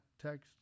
text